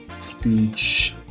speech